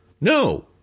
No